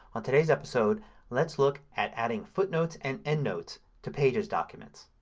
on today's episode let's look at adding footnotes and endnotes to pages documents.